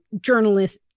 journalist